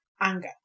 anger